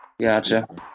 Gotcha